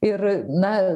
ir na